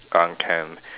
uh can